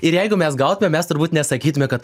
ir jeigu mes gautume mes turbūt nesakytume kad